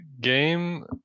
game